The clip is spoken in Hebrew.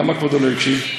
למה כבודו לא הקשיב?